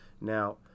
Now